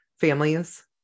families